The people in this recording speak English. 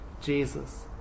Jesus